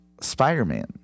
Spider-Man